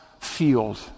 field